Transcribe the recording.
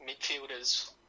Midfielders